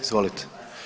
Izvolite.